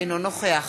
אינו נוכח